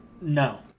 No